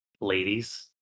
ladies